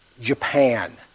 Japan